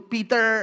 Peter